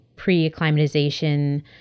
pre-acclimatization